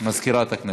מזכירת הכנסת.